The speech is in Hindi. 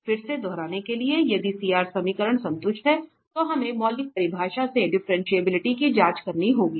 फिर से दोहराने के लिए यदि CR समीकरण संतुष्ट हैं तो हमें मौलिक परिभाषा से डिफ्रेंटिएबिलिटी की जांच करनी होगी